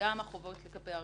וגם החובות לגבי הרגולטורים,